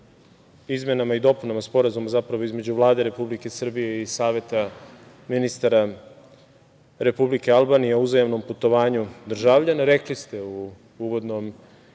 izmenama i dopunama Sporazuma između Vlade Republike Srbije i Saveta ministara Republike Albanije o uzajamnom putovanju državljana. Rekli ste u uvodnom